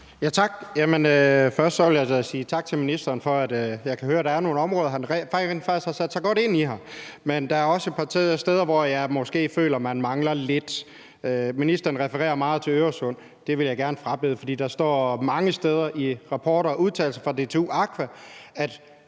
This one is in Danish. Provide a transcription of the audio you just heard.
tak til ministeren for, at jeg kan høre, at der er nogle områder, han rent faktisk har sat sig godt ind i her. Men der er også et par steder, hvor jeg måske føler, at man mangler lidt. Ministeren refererer meget til Øresund, og det vil jeg gerne frabede mig, for der står mange steder i rapporter og udtalelser fra DTU Aqua,